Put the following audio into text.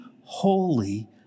holy